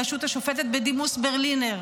בראשות השופטת בדימוס ברלינר,